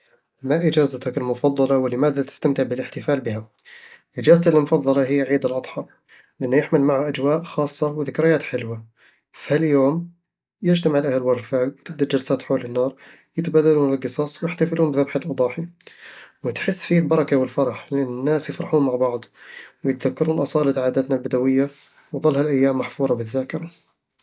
ما أجازتك المفضلة، ولماذا تستمتع بالاحتفال بها؟ أجازتي المفضلة هي عيد الأضحى، لأنه يحمل معه أجواء خاصة وذكريات حلوة في هاليوم، يتجمع الأهل و الرفاق، وتبدأ الجلسات حول النار، يتبادلون القصص، ويحتفلون بذبح الأضاحي وتحس فيه البركة والفرح، لأن الناس يفرحون مع بعض، ويتذكرون أصالة عاداتنا البدوية، وتظل هالأيام محفورة بالذاكرة